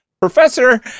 Professor